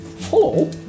Hello